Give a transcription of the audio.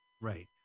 Right